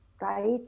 right